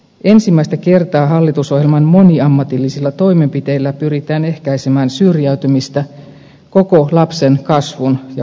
ensimmäistä kertaa hallitusohjelman moniammatillisilla toimenpiteillä pyritään ehkäisemään syrjäytymistä koko lapsen kasvun ja koulutuksen ajan